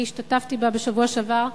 אני השתתפתי בה בשבוע שעבר.